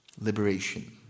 Liberation